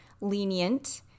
lenient